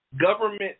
government